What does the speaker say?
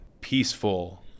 peaceful